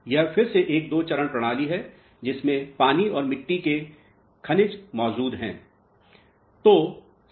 यह फिर से एक दो चरण प्रणाली है जिसमें पानी और मिट्टी के खनिज मौजूद हैं